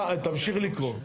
מה, תמשיך לקרוא.